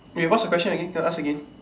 wait what's the question again can ask again